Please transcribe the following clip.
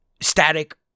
static